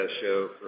show